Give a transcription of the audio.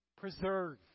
Preserve